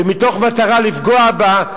ומתוך מטרה לפגוע בה,